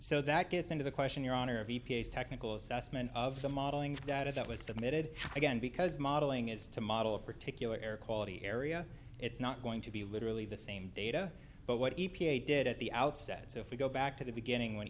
so that gets into the question your honor of e p a s technical assessment of the modeling data that was submitted again because modeling is to model a particular air quality area it's not going to be literally the same data but what e p a did at the outset so if we go back to the beginning when